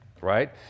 right